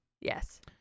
Yes